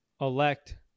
Elect